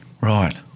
right